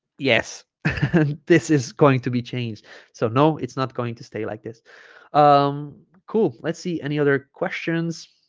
yes this is going to be changed so no it's not going to stay like this um cool let's see any other questions